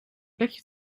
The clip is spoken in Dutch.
plekje